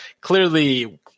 clearly